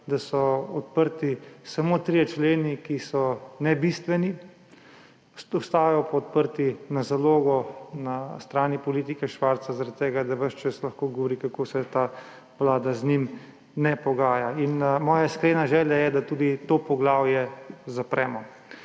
da so odprti samo trije členi, ki so nebistveni, ostajajo pa odprti na zalogo na strani politika Švarca zaradi tega, da ves čas lahko govori, kako se ta vlada z njim ne pogaja. Moja iskrena želja je, da tudi to poglavje zapremo.